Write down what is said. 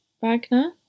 wagner